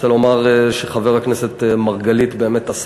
אני רוצה לומר שחבר הכנסת מרגלית עשה